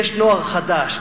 יש נוער חדש,